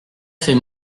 fait